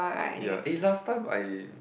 ya eh last time I